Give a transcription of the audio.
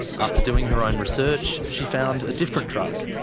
after doing her own research, she found a different drug.